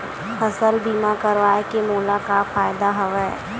फसल बीमा करवाय के मोला का फ़ायदा हवय?